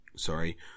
sorry